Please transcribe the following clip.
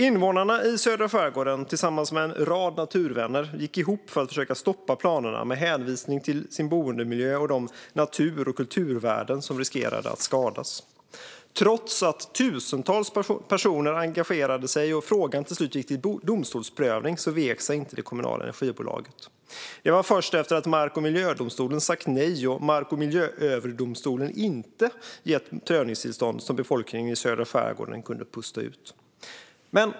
Invånarna i södra skärgården gick ihop med en rad naturvänner för att försöka stoppa planerna med hänvisning till sin boendemiljö och de natur och kulturvärden som riskerade att skadas. Trots att tusentals personer engagerade sig och frågan till slut gick till domstolsprövning vek sig inte det kommunala energibolaget. Först efter att mark och miljödomstolen hade sagt nej och Mark och miljööverdomstolen inte hade gett prövningstillstånd kunde befolkningen i södra skärgården pusta ut.